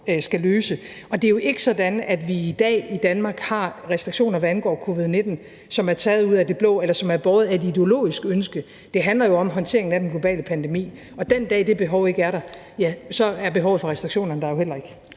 står over for. Det er jo ikke sådan, at vi i dag i Danmark har restriktioner, hvad angår covid-19, som er taget ud af det blå eller er båret af et ideologisk ønske. Det handler jo om håndteringen af den globale pandemi, og den dag, det behov ikke er der, er behovet for restriktioner der jo heller ikke.